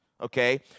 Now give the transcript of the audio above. Okay